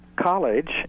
college